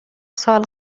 سال